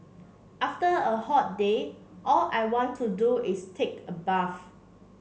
after a hot day all I want to do is take a bath